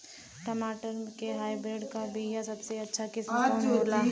टमाटर के हाइब्रिड क बीया सबसे अच्छा किस्म कवन होला?